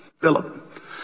Philip